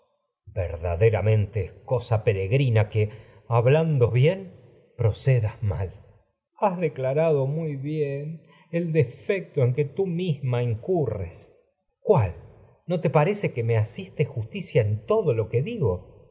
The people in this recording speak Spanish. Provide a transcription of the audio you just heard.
verdaderamente es cosa peregrina que hablando bien crisótemis procedas mal has'declarado muy bien el defecto en que tú misma incurres cuál no te parece que me asiste justilo que electra cia en todo digo